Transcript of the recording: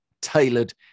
tailored